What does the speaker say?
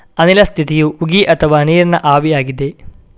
ಅನಿಲ ಸ್ಥಿತಿಯು ಉಗಿ ಅಥವಾ ನೀರಿನ ಆವಿಯಾಗಿದೆ